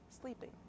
sleeping